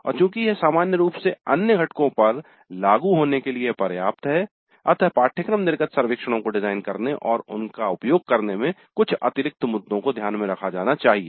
और चूँकि यह सामान्य रूप से अन्य घटकों पर लागू होने के लिए पर्याप्त है अतः पाठ्यक्रम निर्गत सर्वेक्षणों को डिजाइन करने और उनका उपयोग करने में कुछ अतिरिक्त मुद्दों को ध्यान में रखा जाना चाहिए